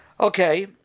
Okay